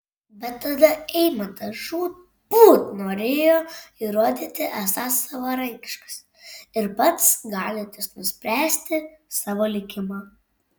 bet tada eimantas žūtbūt norėjo įrodyti esąs savarankiškas ir pats galintis nuspręsti savo likimą